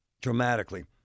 Dramatically